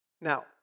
Now